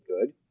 good